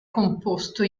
composto